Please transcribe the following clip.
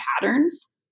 patterns